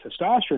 testosterone